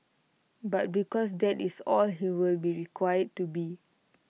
but because that IT is all he will be required to be